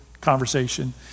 conversation